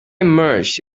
emerged